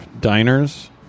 diners